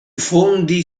fondi